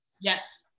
Yes